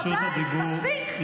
די, מספיק.